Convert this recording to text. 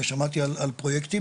ושמעתי על פרויקטים.